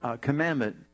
commandment